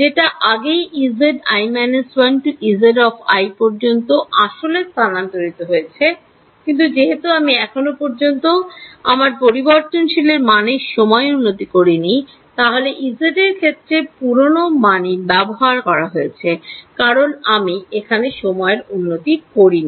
যেটা আগেই Ezi − 1 to Ez পর্যন্ত আসলে স্থানান্তরিত হয়েছে কিন্তু যেহেতু আমি এখনো পর্যন্ত আমার পরিবর্তনশীল মানের সময় উন্নত করিনি তাহলে Ez এর ক্ষেত্রে পুরনো মান ব্যবহার করা হয়েছে কারণ আমি এখানে সময়ের উন্নতি করিনি